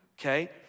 Okay